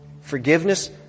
Forgiveness